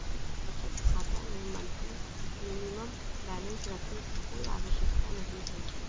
बचत खाता में मंथली मिनिमम बैलेंस रखने की कोई आवश्यकता नहीं है